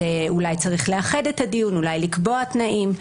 אולי צריך לאחד את הדיון, אולי לקבוע תנאים.